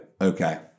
Okay